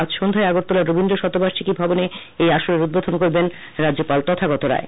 আজ সন্ধ্যায় আগরতলার রবীন্দ্র শতবার্ষিকী ভবনে এই আসরের উদ্বোধন করবেন রাজ্যপাল তথাগত রায়